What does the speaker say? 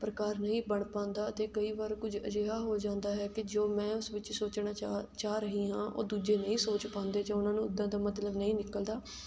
ਪ੍ਰਕਾਰ ਨਹੀਂ ਬਣ ਪਾਉਂਦਾ ਅਤੇ ਕਈ ਵਾਰ ਕੁਝ ਅਜਿਹਾ ਹੋ ਜਾਂਦਾ ਹੈ ਕਿ ਜੋ ਮੈਂ ਉਸ ਵਿੱਚ ਸੋਚਣਾ ਚਾ ਚਾਹ ਰਹੀ ਹਾਂ ਉਹ ਦੂਜੇ ਨਹੀਂ ਸੋਚ ਪਾਉਂਦੇ ਜੇ ਉਹਨਾਂ ਨੂੰ ਉੱਦਾਂ ਦਾ ਮਤਲਬ ਨਹੀਂ ਨਿਕਲਦਾ